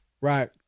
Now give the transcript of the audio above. Right